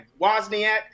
Wozniak